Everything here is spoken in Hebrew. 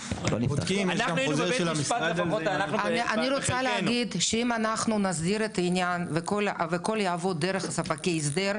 אני רוצה להגיד שאם אנחנו נסדיר את העניין והכל יעבור דרך ספקי הסדר,